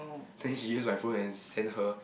think she use my phone and send her